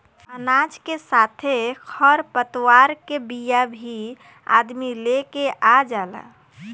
अनाज के साथे खर पतवार के बिया भी अदमी लेके आ जाला